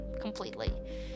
completely